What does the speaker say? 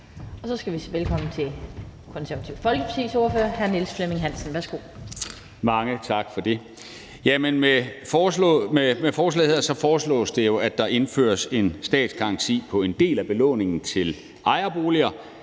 Hr. Niels Flemming Hansen, værsgo. Kl. 16:55 (Ordfører) Niels Flemming Hansen (KF): Mange tak for det. Med forslaget her foreslås det jo, at der indføres en statsgaranti på en del af belåningen til ejerboliger,